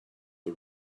the